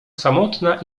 samotna